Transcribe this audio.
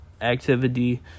activity